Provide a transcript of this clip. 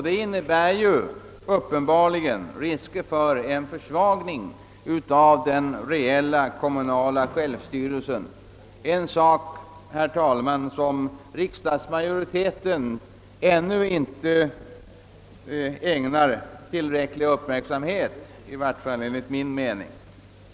Det innebär uppenbarligen risker för en försvagning av den reella kommunala självstyrelsen, en sak som riksdagsmajoriteten enligt min mening ännu inte ägnat tillräcklig uppmärksamhet.